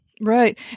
Right